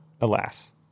alas